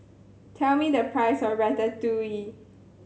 tell me the price of Ratatouille